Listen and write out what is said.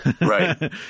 right